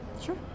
Sure